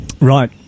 Right